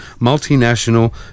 multinational